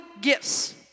gifts